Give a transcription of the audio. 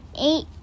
eight